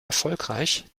erfolgreich